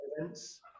events